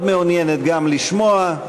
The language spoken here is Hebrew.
וחברת הכנסת מרב מיכאלי מאוד מעוניינת גם לשמוע,